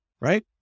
right